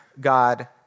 God